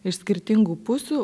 iš skirtingų pusių